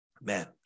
Man